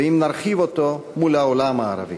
ואם נרחיב אותו, מול העולם הערבי.